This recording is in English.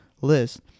list